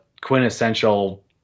quintessential